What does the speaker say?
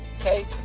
Okay